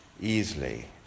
easily